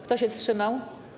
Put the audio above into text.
Kto się wstrzymał?